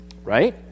Right